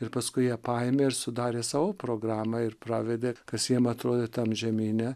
ir paskui jie paėmė ir sudarė savo programą ir pravedė kas jiem atrodė tam žemyne